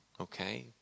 Okay